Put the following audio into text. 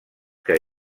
que